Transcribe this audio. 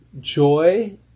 joy